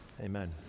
Amen